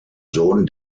sohn